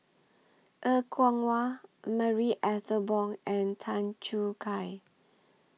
Er Kwong Wah Marie Ethel Bong and Tan Choo Kai